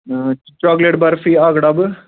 chocolate barfi اَکھ ڈَبہٕ